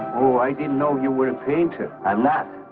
oh i didn't know you were in spain too i left.